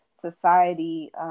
society